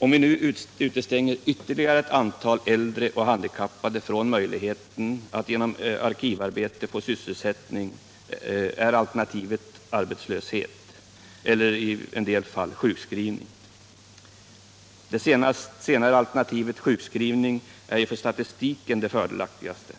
Om vi nu utestänger ytterligare ett antal äldre och handikappade från möjligheten att genom arkivarbete få sysselsättning är alternativet arbetslöshet eller i en del fall sjukskrivning. Det senare alternativet, sjukskrivning, är för statistiken det fördelaktigaste.